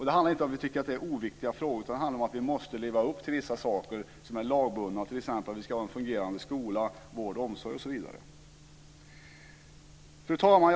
Det handlar inte om att vi tycker att det är oviktiga frågor utan det handlar om att leva upp till vissa lagbundna saker, t.ex. ha en fungerande skola, vård och omsorg. Fru talman!